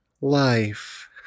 life